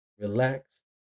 relax